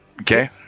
Okay